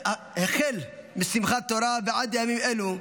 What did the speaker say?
החל משמחת תורה ועד ימים אלה,